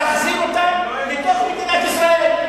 ולהחזיר אותם לתוך מדינת ישראל.